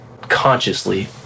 consciously